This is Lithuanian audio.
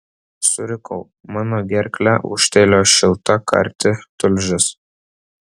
surikau mano gerkle ūžtelėjo šilta karti tulžis